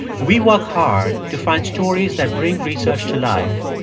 we work hard to find stories that bring research to life,